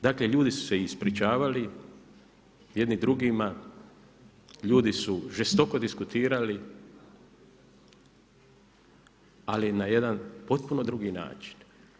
Dakle ljudi su se ispričavali jedni drugima, ljudi su žestoko diskutirali, ali na jedan potpuno drugi način.